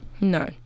no